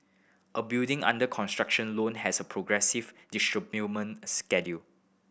a building under construction loan has a progressive disbursement schedule